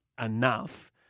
enough